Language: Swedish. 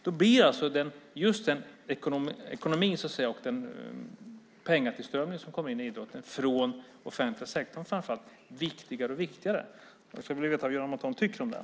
Då blir ekonomin och den pengatillströmning som kommer in i idrotten, från den offentliga sektorn framför allt, viktigare och viktigare. Jag skulle vilja veta vad Göran Montan tycker om det.